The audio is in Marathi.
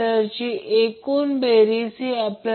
तर ते 600 वॅट होईल